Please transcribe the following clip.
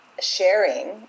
sharing